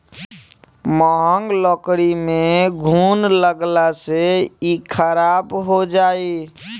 महँग लकड़ी में घुन लगला से इ खराब हो जाई